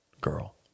girl